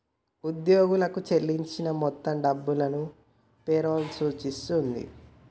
ఉద్యోగులకు చెల్లించిన మొత్తం డబ్బును పే రోల్ సూచిస్తది